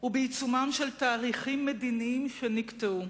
ובעיצומם של תהליכים מדיניים שנקטעו.